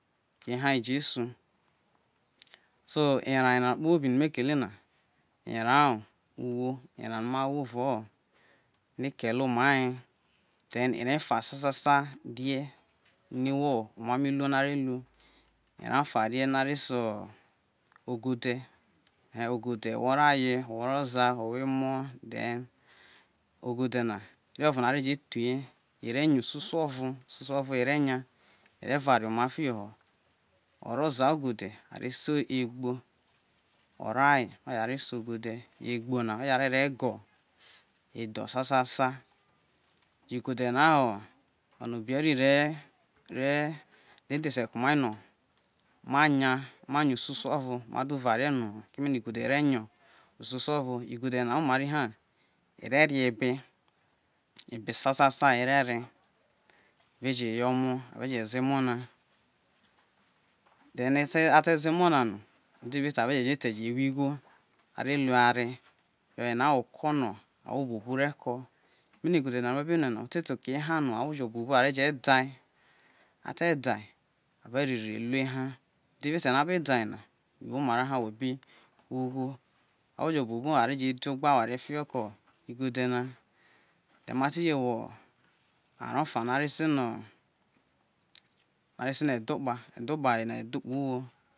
eha ijesu so erao yena kpobi no me kele na erao, uwo erao no ma wo kele omai ye then erao efa sasa rie no iwo emamo iruo no a re in, arao ofa rie no a re se ogode, ogode owo oro ora aye owo emo then ogode na ere ovona are thuye, ogode aa ore ya ososo ovo re ya ore vare oma fiho ho oro oza ogode are sei egbo oro aye oye are se ogode, egbo na oye are ro go edho sasa yo ogode na ho obe eri na oro dhese ko omai no ma ya ma ya ususu ovo ma du varie no keme no igode re yo osusuo ovo igode na omariha ore re ebe ebe sasa ere re ave je ye emo ave je ze emo na then a te ze emo na no are je je te je wo ighi are lu eware oyena ho oko no awho buobu are ko, bino igode na no we be rue na ote to oke eha no awho jo buobu are je dai, a te dai are re hai ru eha, no abe dai na yo wo omara yo wo bi wo ugho. Awho jo buobu are je do egba oware fiho igode na yo ma te je wo arao ofa no are se no odho kpa, odho kpa uwo.